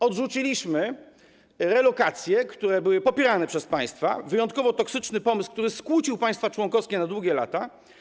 Odrzuciliśmy relokacje, które były popierane przez państwa - wyjątkowo toksyczny pomysł, który skłócił państwa członkowskie na długie lata.